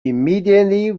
immediately